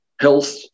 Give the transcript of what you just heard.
health